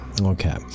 Okay